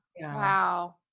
Wow